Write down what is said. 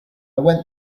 went